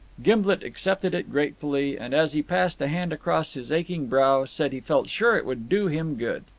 gimblet accepted it gratefully, and as he passed a hand across his aching brow said he felt sure it would do him good.